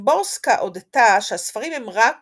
שימבורסקה הודתה שהספרים הם רק